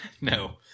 no